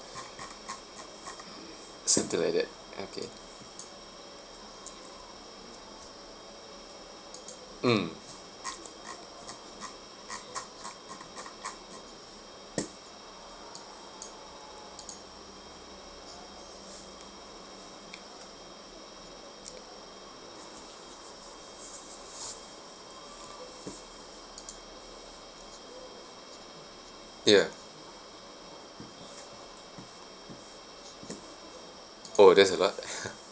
something like that okay mm ya oh that's a lot